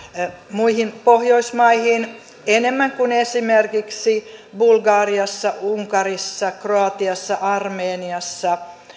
muihin pohjoismaihin enemmän kuin esimerkiksi bulgariassa unkarissa kroatiassa armeniassa